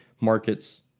markets